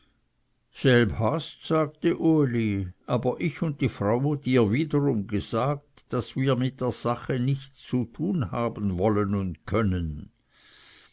selb hast sagte uli aber ich und die frau dir wiederum gesagt daß wir mit der sache nichts zu tun haben wollen und können